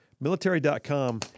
Military.com